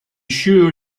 sure